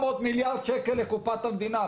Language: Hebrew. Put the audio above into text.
היו שלטים: 400 מיליארד שקל לקופת המדינה.